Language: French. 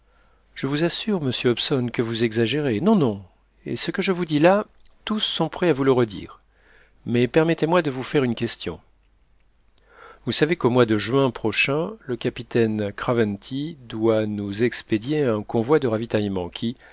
je vous assure monsieur hobson que vous exagérez non non et ce que je vous dis là tous sont prêts à vous le redire mais permettez-moi de vous faire une question vous savez qu'au mois de juin prochain le capitaine craventy doit nous expédier un convoi de ravitaillement qui